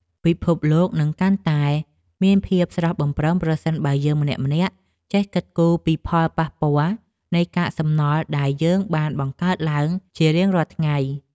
ពិភពលោកនឹងកាន់តែមានភាពស្រស់បំព្រងប្រសិនបើយើងម្នាក់ៗចេះគិតគូរពីផលប៉ះពាល់នៃកាកសំណល់ដែលយើងបានបង្កើតឡើងជារៀងរាល់ថ្ងៃ។